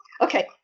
okay